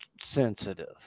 sensitive